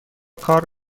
کار